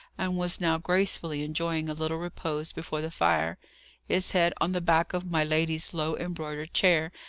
and was now gracefully enjoying a little repose before the fire his head on the back of my lady's low embroidered chair,